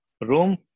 room